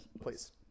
please